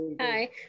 Hi